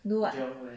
do what